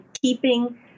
keeping